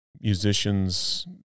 musicians